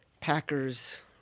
Packers